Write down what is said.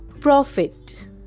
Profit